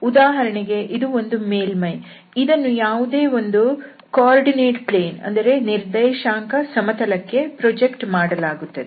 ಉದಾಹರಣೆಗೆ ಇದು ಒಂದು ಮೇಲ್ಮೈ ಇದನ್ನು ಯಾವುದೇ ಒಂದು ನಿರ್ದೇಶಾಂಕ ಸಮತಲ ಕ್ಕೆ ಪ್ರಾಜೆಕ್ಟ್ ಮಾಡಲಾಗುತ್ತದೆ